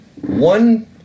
One